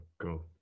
go